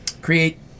create